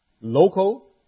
local